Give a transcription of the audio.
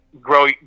grow